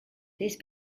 these